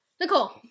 Nicole